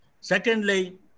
Secondly